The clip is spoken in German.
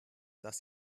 dass